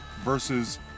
versus